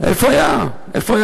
איפה היה המחנ"צ?